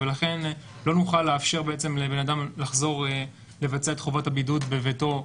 ולכן לא נוכל לאפשר לבן אדם לחזור לבצע את חובת הבידוד בביתו,